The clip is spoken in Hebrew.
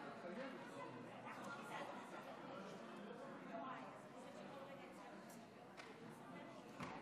חברת הכנסת סילמן, עשר דקות עומדות לרשותך, בבקשה.